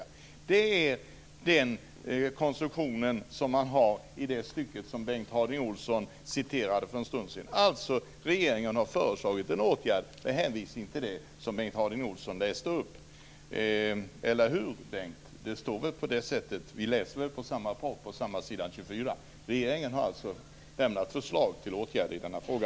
Det är den konstruktion man har i det stycke som Bengt Harding Olson citerade för en stund sedan. Regeringen har alltså föreslagit en åtgärd med hänvisning till det som Bengt Harding Olson läste upp. Eller hur, Bengt? Det står väl på det sättet? Vi läser väl i samma proposition på samma sida? Regeringen har alltså lämnat förslag till åtgärd i denna fråga.